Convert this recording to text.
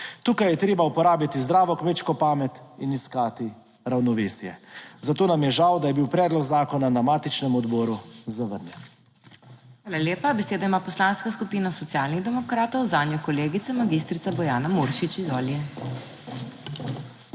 Tukaj je treba uporabiti zdravo kmečko pamet in iskati ravnovesje. Zato nam je žal, da je bil predlog zakona na matičnem odboru zavrnjen. **PODPREDSEDNICA MAG. MEIRA HOT:** Hvala lepa. Besedo ima Poslanska skupina Socialnih demokratov, zanjo kolegica magistrica Bojana Muršič. Izvoli.